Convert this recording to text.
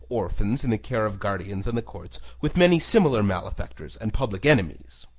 orphans in the care of guardians and the courts, with many similar malefactors and public enemies.